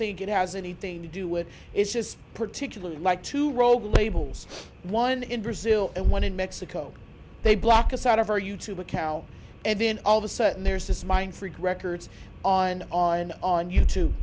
think it has anything to do with it's just particularly like to roll the labels one in brazil and one in mexico they block us out of our you to macau and then all of a sudden there's this mindfreak records on on on you t